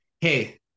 hey